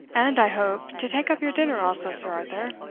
and, i hope, to take up your dinner also, sir arthur,